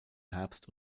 herbst